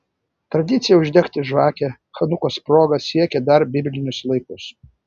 tradicija uždegti žvakę chanukos proga siekia dar biblinius laikus